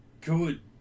good